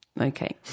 okay